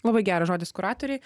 labai geras žodis kuratoriai